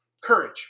courage